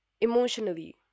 emotionally